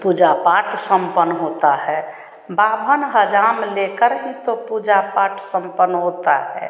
पूजा पाठ सम्पन्न होता है ब्राह्मण हज्जाम लेकर ही तो पूजा पाठ सम्पन्न होता है